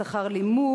בעזרה בשכר לימוד,